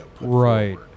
right